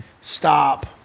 Stop